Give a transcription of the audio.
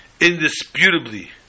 indisputably